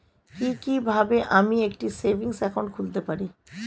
কি কিভাবে আমি একটি সেভিংস একাউন্ট খুলতে পারি?